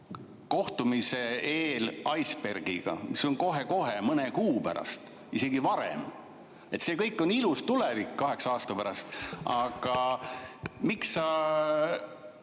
kohtumise eeliceberg'iga, mis on kohe-kohe, mõne kuu pärast, isegi varem? See kõik on ilus tulevik kaheksa aasta pärast. Miks sa